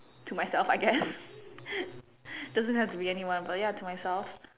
to myself I guess doesn't have to be anyone but ya to myself